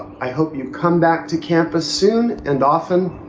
i hope you've come back to campus soon and often.